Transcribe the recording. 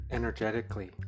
energetically